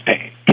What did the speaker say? pain